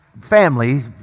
family